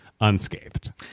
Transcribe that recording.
unscathed